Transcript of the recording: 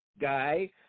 guy